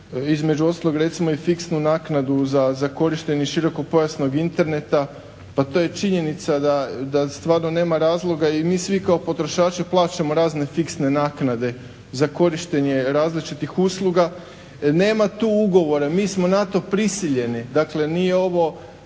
između ostalog i recimo i fiksnu naknadu za korištenje široko pojasnog interneta. Pa to je činjenica da stvarno nema razloga, i mi svi kao potrošači plaćamo razne fiksne naknade za korištenje različitih usluga. Nema tu ugovora, mi smo na to prisiljeni, dakle nije ovo,